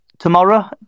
Tomorrow